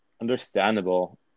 understandable